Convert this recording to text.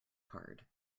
card